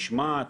משמעת,